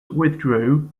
withdrew